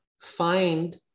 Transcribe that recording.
find